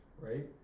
right